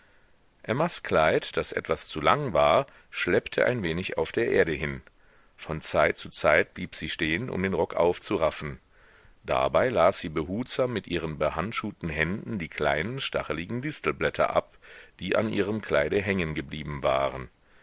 emmas kleid das etwas zu lang war schleppte ein wenig auf der erde hin von zeit zu zeit blieb sie stehen um den rock aufzuraffen dabei las sie behutsam mit ihren behandschuhten händen die kleinen stacheligen distelblätter ab die an ihrem kleide hängen geblieben waren